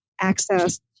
access